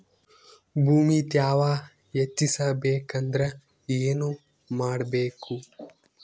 ಭೂಮಿ ತ್ಯಾವ ಹೆಚ್ಚೆಸಬೇಕಂದ್ರ ಏನು ಮಾಡ್ಬೇಕು?